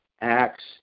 Acts